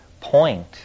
point